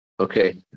Okay